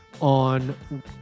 on